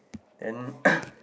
then